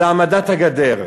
זה העמדת הגדר.